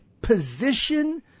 position